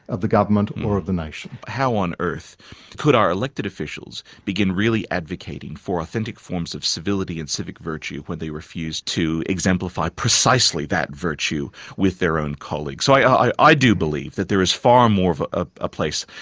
of the government or of the nation. how on earth could our elected officials begin really advocating for authentic forms of civility and civic virtue when they refuse to exemplify precisely that virtue with their own colleagues? so i i do believe that there is far more ah a place,